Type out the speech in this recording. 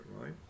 right